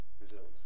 Resilience